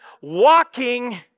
walking